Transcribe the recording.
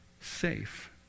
safe